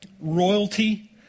royalty